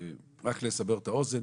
רק לסבר את האוזן,